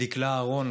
דקלה אהרון,